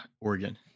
Oregon